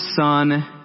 Son